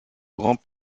grand